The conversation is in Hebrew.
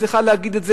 צריכה להגיד את זה,